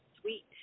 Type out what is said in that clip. sweet